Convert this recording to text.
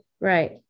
Right